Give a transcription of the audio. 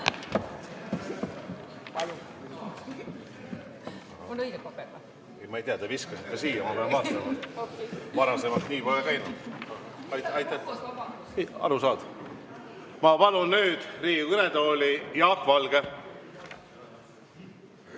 Ma palun nüüd Riigikogu kõnetooli Jaak Valge.